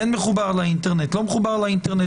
כן מחובר לאינטרנט, לא מחובר לאינטרנט.